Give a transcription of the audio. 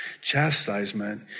Chastisement